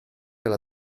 alla